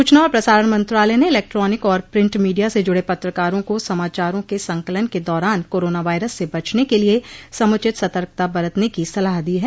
सचना और प्रसारण मंत्रालय ने इलेक्ट्रानिक और प्रिंट मीडिया से जुडे पत्रकारों को समाचारों के संकलन के दौरान कोरोना वायरस से बचने के लिए समूचित सतर्कता बरतने की सलाह दी है